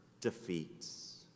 defeats